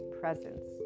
presence